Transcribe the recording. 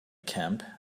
camp